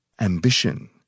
Ambition